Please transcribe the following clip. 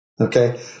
okay